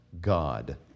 God